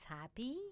happy